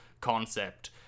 concept